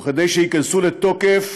וכדי שייכנסו לתוקף,